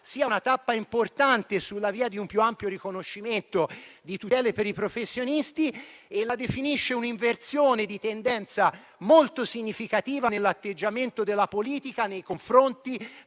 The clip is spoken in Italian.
sia una tappa importante sulla via di un più ampio riconoscimento di tutele per i professionisti, la definisce un'inversione di tendenza molto significativa nell'atteggiamento della politica nei confronti